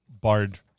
bard